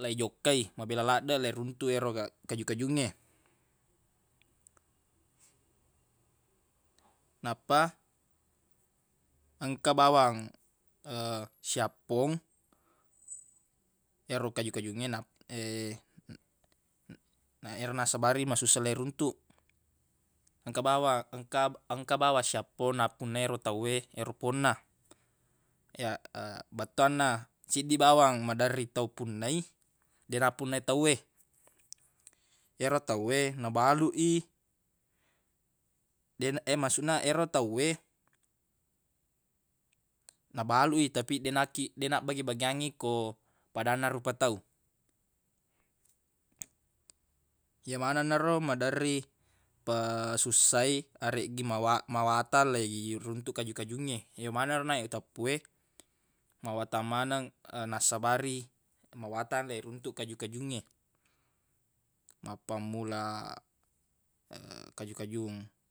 leijokkai mabela laddeq leiruntuq ero ga- kaju-kajungnge nappa engka bawang siappong ero kaju-kajungnge nap- ero nassabari masussa leiruntuq engka bawang ka- engka bawang siappong nappunai ero tawwe ero ponna ya- bettuanna seddi bawang maderri tau punnai deq nappunnai tawwe yeri tawwe nabaluq i deq maksuq na ero tawwe nabaluq i tapi deq nakki- deq nabbage-bageangngi ko padanna rupa tau ye manenna ro maderri pesussai areggi mawata- mawatang leiruntuq kaju-kajungnge ye maneng naro naq e uteppu e mawatang maneng nassabari mawatang leiruntuq kaju-kajungnge mappammula kaju-kajung